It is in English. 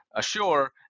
sure